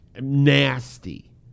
nasty